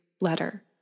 letter